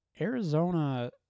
Arizona